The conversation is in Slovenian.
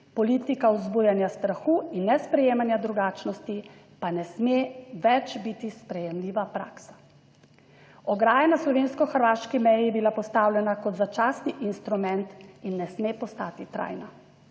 politika vzbujanja strahu in nesprejemanja drugačnosti pa ne sme več biti sprejemljiva praksa. Ograja na slovensko hrvaški meji je bila postavljena kot začasni instrument in ne sme postati trajna,